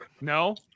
No